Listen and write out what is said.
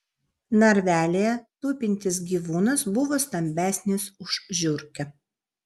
narvelyje tupintis gyvūnas buvo stambesnis už žiurkę